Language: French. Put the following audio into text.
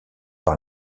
par